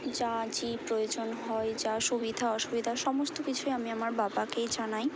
যা যে প্রয়োজন হয় যা সুবিধা অসুবিধা সমস্ত কিছুই আমি আমার বাবাকেই জানাই